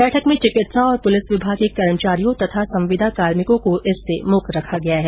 बैठक में चिकित्सा और पुलिस विभाग के कर्मचारियों तथा संविदा कार्मिकों को इससे मुक्त रखा गया है